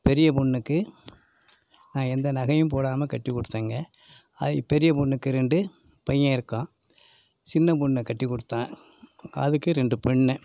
பெரிய பொண்ணுக்கு நான் எந்த நகையும் போடாமல் கட்டிக் கொடுத்தேங்க அது பெரிய பொண்ணுக்கு ரெண்டு பையன் இருக்கான் சின்ன பொண்ணை கட்டிக் குடுத்தேன் அதுக்கு ரெண்டு பெண்